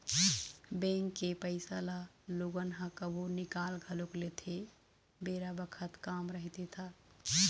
bank के पइसा ल लोगन ह कभु निकाल घलोक लेथे बेरा बखत काम रहिथे ता